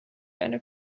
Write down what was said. eine